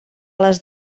les